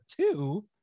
two